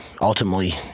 ultimately –